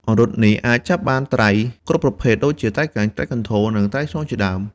អង្រុតនេះអាចចាប់បានត្រីគ្រប់ប្រភេទ ដូចជាត្រីក្រាញ់ ត្រីកន្ធរ និងត្រីឆ្លូញជាដើម។